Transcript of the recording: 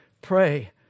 pray